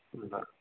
बराबरि